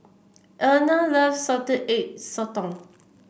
Erna loves Salted Egg Sotong